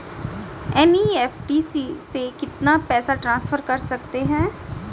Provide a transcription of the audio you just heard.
NEFT से कितना पैसा ट्रांसफर कर सकते हैं?